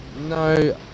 No